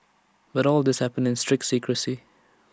but all this happened in strict secrecy